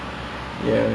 how like this